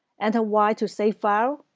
and ah y to save file,